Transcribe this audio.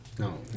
No